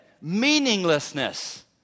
meaninglessness